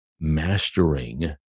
mastering